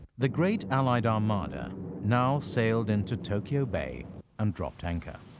the great allied armada now sailed into tokyo bay and dropped anchor.